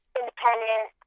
independent